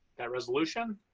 that resolution?